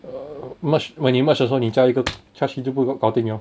err merge when 你 merge 的时候你加一个 不就搞定了